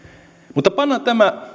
mutta pannaan tämä